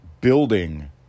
building